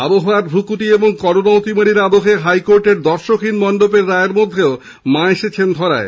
আবহাওয়ার ক্রকুটি এবং করোনা অতিমারীর আবহে হাইকোর্টের দর্শকহীন মণ্ডপের রায়ের মধ্যেও মা এসেছেন ধরায়